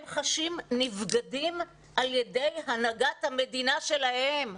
הם חשים נבגדים על ידי הנהגת המדינה שלהם.